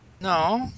No